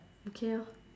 okay orh